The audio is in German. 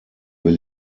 will